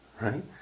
Right